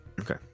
Okay